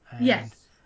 Yes